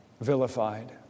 Vilified